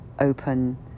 open